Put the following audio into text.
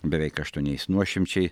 beveik aštuoniais nuošimčiai